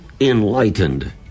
enlightened